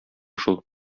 шул